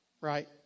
Right